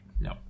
No